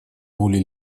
воле